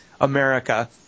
America